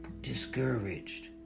discouraged